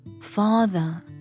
Father